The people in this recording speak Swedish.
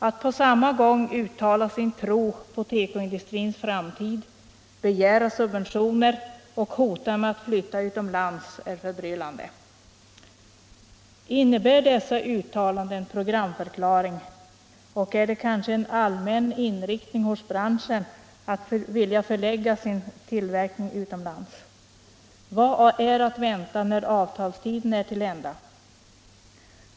Att på samma gång uttala sin tro på tekoindustrins framtid, begära subventioner och hota med att flytta utomlands är förbryllande. Innebär dessa uttalanden en programförklaring, och är det kanske en allmän inriktning hos branschen att vilja förlägga sin tillverkning utomlands? Vad är att vänta när avtalstiden är till ända?